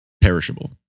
perishable